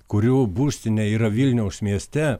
kurių būstinė yra vilniaus mieste